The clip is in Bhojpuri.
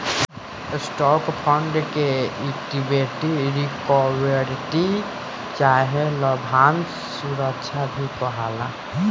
स्टॉक फंड के इक्विटी सिक्योरिटी चाहे लाभांश सुरक्षा भी कहाला